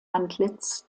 antlitz